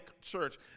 church